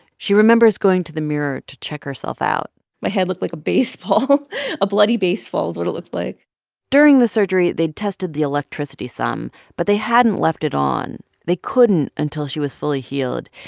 she remembers going to the mirror to check herself out my head looked like a baseball a bloody baseball is what it looked like during the surgery, they tested the electricity some. but they hadn't left it on. they couldn't until she was fully healed.